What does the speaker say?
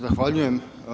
Zahvaljujem.